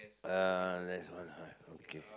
uh this one ah okay